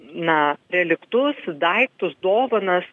na reliktus daiktus dovanas